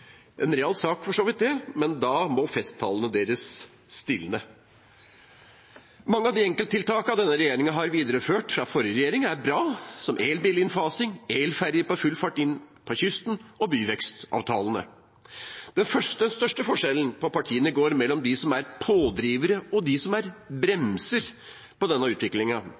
for så vidt en real sak, men da må festtalene deres stilne. Mange av de enkelttiltakene denne regjeringen har videreført fra forrige regjering, er bra, som elbil-innfasing, elferjer som er på full fart inn på kysten, og byvekstavtalene. Den største forskjellen på partiene går mellom dem som er pådrivere, og dem som bremser denne utviklingen, dvs. de som